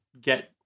get